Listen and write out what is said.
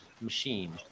machine